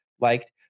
liked